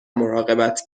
مراقبت